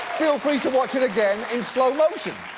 feel free to watch it again in slow motion.